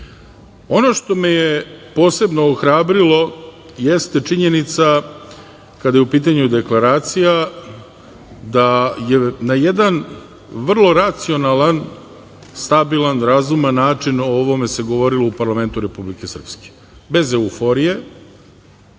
što me je posebno ohrabrilo jeste činjenica da, kada je u pitanju Deklaracija, se na jedan vrlo racionalan, stabilan, razuman način govorilo u parlamentu Republike Srpske, bez euforije